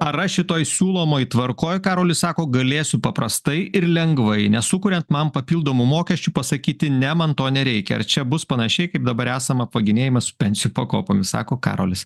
ar aš šitoj siūlomoj tvarkoj karolis sako galėsiu paprastai ir lengvai nesukuriant man papildomų mokesčių pasakyti ne man to nereikia ar čia bus panašiai kaip dabar esam apvaginėjami su pensijų pakopomis sako karolis